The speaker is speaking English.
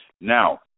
Now